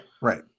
Right